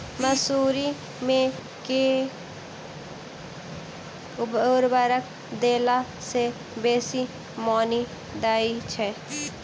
मसूरी मे केँ उर्वरक देला सऽ बेसी मॉनी दइ छै?